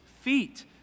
feet